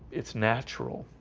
it's natural